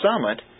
summit